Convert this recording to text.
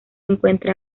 encuentra